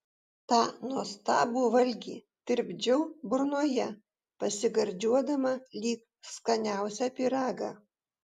tą nuostabų valgį tirpdžiau burnoje pasigardžiuodama lyg skaniausią pyragą